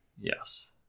Yes